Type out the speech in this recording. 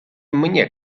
mnie